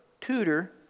tutor